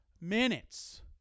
minutes